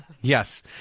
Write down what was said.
yes